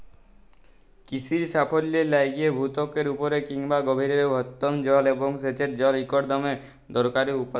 কিসির সাফল্যের লাইগে ভূত্বকের উপরে কিংবা গভীরের ভওম জল এবং সেঁচের জল ইকট দমে দরকারি উপাদাল